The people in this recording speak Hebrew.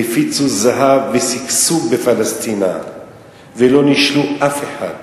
הפיצו זהב ושגשוג בפלשתינה ולא נישלו אף אחד.